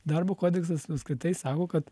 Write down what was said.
darbo kodeksas apskritai sako kad